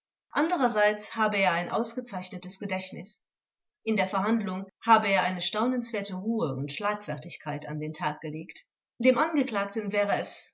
andererseits habe er ein ausgezeichnetes gedächtnis in der verhandlung habe er eine staunenswerte ruhe und schlagfertigkeit an den tag gelegt dem angeklagten wäre es